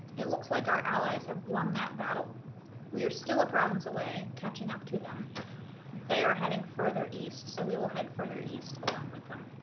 it looks like our allies have won that battle we are still a province away catching up to them they are heading heading further east so we will head further east along with them